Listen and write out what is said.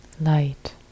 Light